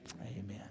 amen